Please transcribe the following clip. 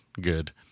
good